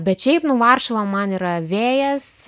bet šiaip nu varšuva man yra vėjas